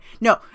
No